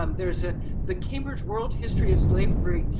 um there's ah the cambridge world history of slavery,